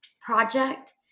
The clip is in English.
project